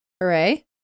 Hooray